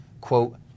quote